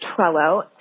Trello